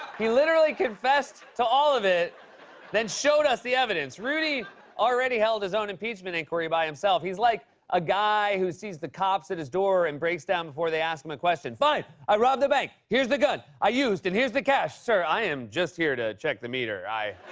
he literally confessed to all of it then showed us the evidence. rudy already held his own impeachment inquiry by himself. he's like a guy who sees the cops at his door and breaks down before they ask him a question. fine, i robbed a bank. here's the gun i used, and here's the cash. sir, i am just here to check the meter.